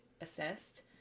assessed